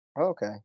Okay